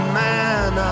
man